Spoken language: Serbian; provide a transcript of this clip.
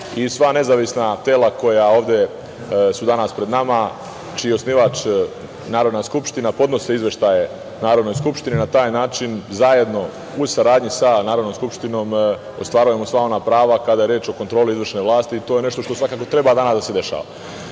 Sva nezavisna tela koja su ovde danas pred nama, čiji je osnivač Narodna skupština, podnose izveštaje Narodnoj skupštini, na taj način u saradnji, zajedno sa Narodnom skupštinom, ostvarujemo sva ona prava kada je reč o kontroli izvršne vlasti. To je nešto što svakako danas treba da